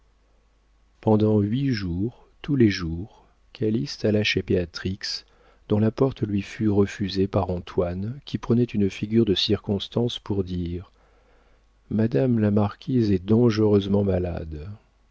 pendant huit jours tous les jours calyste alla chez béatrix dont la porte lui fut refusée par antoine qui prenait une figure de circonstance pour dire madame la marquise est dangereusement malade